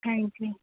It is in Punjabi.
ਹਾਂਜੀ